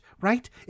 Right